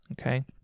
Okay